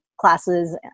classes